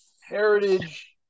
Heritage